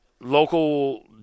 local